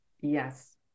Yes